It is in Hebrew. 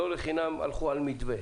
לא לחינם הלכו על מתווה.